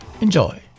Enjoy